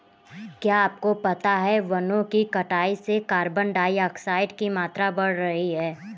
क्या आपको पता है वनो की कटाई से कार्बन डाइऑक्साइड की मात्रा बढ़ रही हैं?